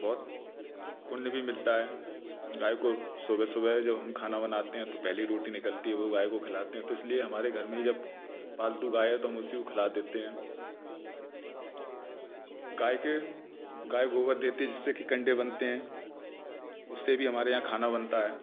बहुत पुण्य भी मिलता है गाय को सुबह सुबह जब हम खाना बनाते हैं तो पहली रोटी निकलती है वो गाय को खिलाते हैं तो इसलिए हमारे घर में जब पालतू गाय है तो हम उसी को खिला देते हैं गाय के गाय गोबर देती है जिससे की कंडे बनते हैं उससे भी हमारे यहाँ खाना बनता है